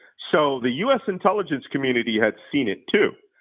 so the u. s. intelligence community had seen it, too.